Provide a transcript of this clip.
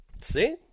See